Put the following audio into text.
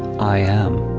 i am.